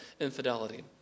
infidelity